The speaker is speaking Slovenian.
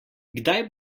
kdaj